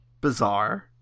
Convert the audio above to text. bizarre